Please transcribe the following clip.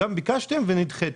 גם ביקשתם ונדחיתם.